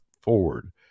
forward